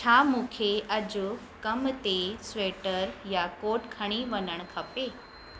छा मूंखे अॼु कम ते स्वेटर या कोट खणी वञणु खपे